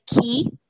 key